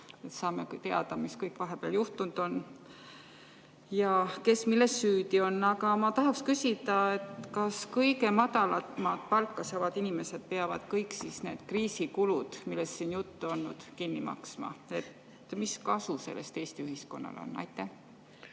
Saame ka teada, mis kõik vahepeal juhtunud on ja kes milles süüdi on. Aga ma tahaks küsida, kas kõige madalamat palka saavad inimesed peavad siis need kriisikulud, millest siin juttu on olnud, kinni maksma. Mis kasu sellest Eesti ühiskonnale on? Aitäh,